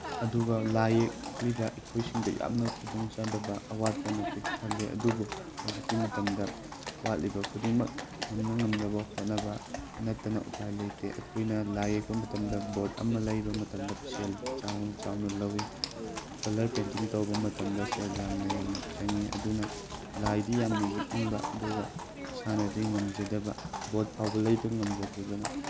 ꯑꯗꯨꯒ ꯂꯥꯏ ꯌꯦꯛꯂꯤꯕ ꯑꯩꯈꯣꯏꯁꯤꯡꯗ ꯌꯥꯝꯅ ꯈꯨꯗꯣꯡꯆꯥꯗꯕ ꯑꯋꯥꯠꯄꯅ ꯄꯤꯛ ꯊꯜꯂꯦ ꯑꯗꯨꯕꯨ ꯍꯧꯖꯤꯛꯀꯤ ꯃꯇꯝꯗ ꯋꯥꯠꯂꯤꯕ ꯈꯨꯗꯤꯡꯃꯛ ꯉꯝꯅ ꯉꯝꯅꯕ ꯍꯣꯠꯅꯕ ꯅꯠꯇꯅ ꯎꯄꯥꯏ ꯂꯩꯇꯦ ꯑꯩꯈꯣꯏꯅ ꯂꯥꯏ ꯌꯦꯛꯄ ꯃꯇꯝꯗ ꯕꯣꯔꯗ ꯑꯃ ꯂꯩꯕ ꯃꯇꯝꯗ ꯁꯦꯜ ꯆꯥꯎꯅ ꯆꯥꯎꯅ ꯂꯧꯋꯤ ꯀꯂꯔ ꯄꯦꯟꯇꯤꯡ ꯇꯧꯕ ꯃꯇꯝꯗ ꯁꯦꯜ ꯌꯥꯝꯅ ꯌꯥꯝꯅ ꯆꯪꯉꯤ ꯑꯗꯨꯅ ꯂꯥꯏꯗꯤ ꯌꯥꯝꯅ ꯌꯦꯛꯅꯤꯡꯕ ꯑꯗꯨꯒ ꯏꯁꯥꯅꯗꯤ ꯉꯝꯖꯗꯕ ꯕꯣꯔꯗ ꯐꯥꯎꯕ ꯂꯩꯕ ꯉꯝꯖꯗꯗꯅ